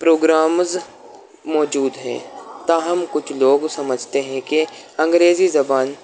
programmes موجود ہیں تاہم کچھ لوگ سمجھتے ہیں کہ انگریزی زبان